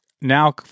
now